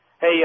Hey